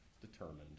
determined